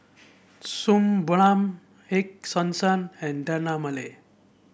Suu Balm Ego Sunsense and Dermale